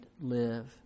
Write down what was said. live